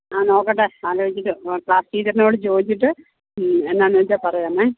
ആ നോക്കട്ടെ ആലോചിക്കാം ക്ളാസ് ടീച്ചറിനോട് ചോദിച്ചിട്ട് എന്താണെന്ന് വെച്ചാൽ പറയാമേ